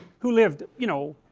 who lived, you know,